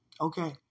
Okay